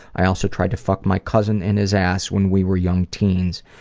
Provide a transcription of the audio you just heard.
i also tried to fuck my cousin in his ass when we were young teens.